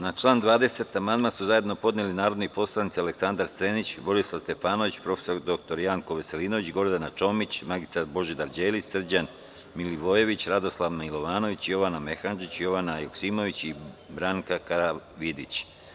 Na član 20. amandman su zajedno podneli narodni poslanici Aleksandar Senić, Borislav Stefanović, prof. dr Janko Veselinović, Gordana Čomić, mr Božidar Đelić, Srđan Milivojević, Radoslav Milovanović, Jovana Mehandžić, Jovana Joksimović i Branka Karavidić.